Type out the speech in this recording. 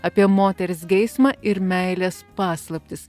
apie moters geismą ir meilės paslaptis